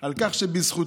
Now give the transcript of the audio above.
על כך שבזכותו